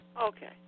Okay